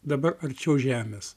dabar arčiau žemės